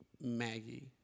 Maggie